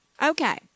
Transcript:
Okay